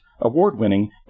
award-winning